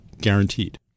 guaranteed